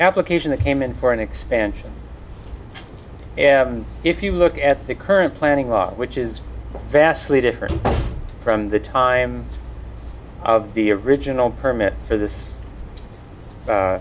application that came in for an expansion and if you look at the current planning law which is vastly different from the time of the original permit for this